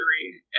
three